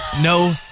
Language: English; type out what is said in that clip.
No